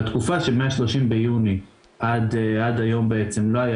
בתקופה שבין ה-30 ביוני עד היום בעצם לא היה